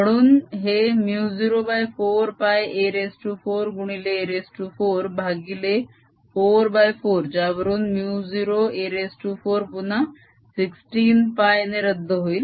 म्हणून हे μ04πa4 गुणिले a4 भागिले 4 4 ज्यावरून μ0a4 पुन्हा 16 π ने रद्द होईल